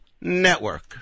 Network